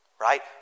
Right